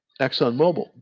ExxonMobil